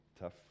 tough